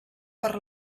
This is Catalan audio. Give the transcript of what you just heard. per